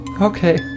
Okay